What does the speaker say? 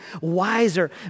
wiser